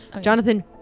Jonathan